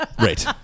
Right